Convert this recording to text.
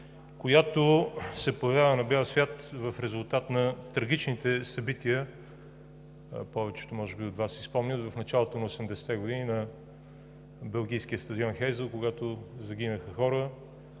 която се появява на бял свят в резултат на трагичните събития, повечето от Вас може би си спомнят – в началото на 80-те години на белгийския стадион „Хейзъл“, когато загинаха хора